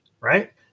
right